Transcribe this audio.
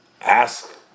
ask